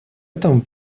этому